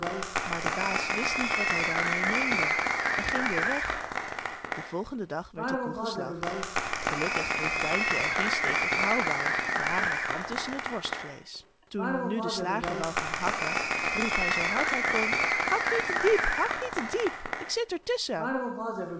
maar de baas wist niet wat hij daar mee meende en ging weêr weg den volgenden dag werd de koe geslacht gelukkig kreeg duimpje er geen steek of houw bij maar hij kwam tusschen het worstvleesch toen nu de slager wou gaan hakken riep hij zoo hard hij kon hak niet te diep hak niet te diep ik zit er tusschen